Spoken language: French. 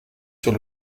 sur